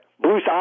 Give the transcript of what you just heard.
Bruce